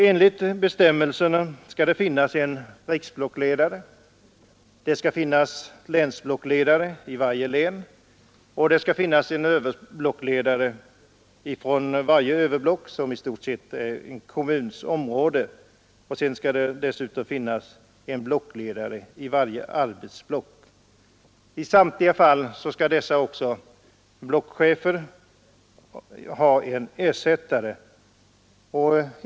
Enligt bestämmelserna skall det finnas en riksblockledare, en länsblockledare i varje län och en överblockledare från varje överblock, som i stort sett är en kommuns område; dessutom skall det finnas en blockledare i varje arbetsblock. I samtliga fall skall dessa blockchefer ha en ersättare.